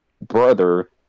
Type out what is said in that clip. brother